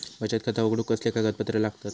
बचत खाता उघडूक कसले कागदपत्र लागतत?